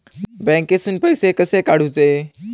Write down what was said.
बँकेतून पैसे कसे काढूचे?